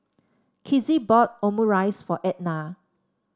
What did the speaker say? Kizzie bought Omurice for Edna